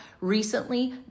recently